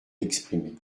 exprimée